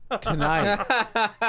Tonight